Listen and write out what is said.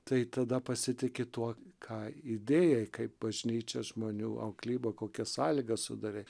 tai tada pasitiki tuo ką įdėjai kaip bažnyčia žmonių auklyba kokias sąlygas sudarei